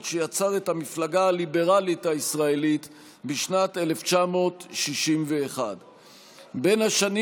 שיצר את המפלגה הליברלית הישראלית בשנת 1961. בין השנים